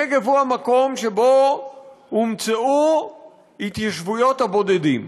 הנגב הוא המקום שבו הומצאו התיישבויות הבודדים.